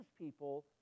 people